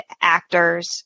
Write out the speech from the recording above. actors